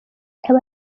aba